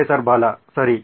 professor Bala ಸರಿ